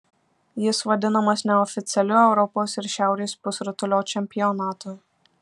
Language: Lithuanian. jis vadinamas neoficialiu europos ir šiaurės pusrutulio čempionatu